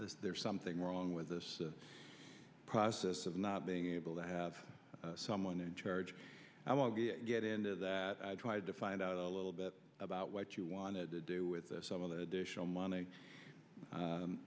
fault there's something wrong with this process of not being able to have someone in charge i won't get into that i tried to find out a little bit about what you wanted to do with some of the additional money